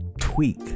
tweak